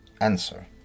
Answer